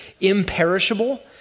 imperishable